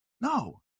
No